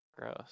Gross